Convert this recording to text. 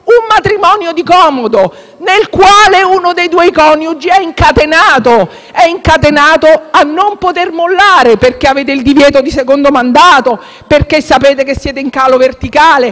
uno dei due coniugi è incatenato e non può mollare? Siete incatenati, perché avete il divieto di secondo mandato, perché sapete che siete in calo verticale, perché il coniuge più forte